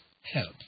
help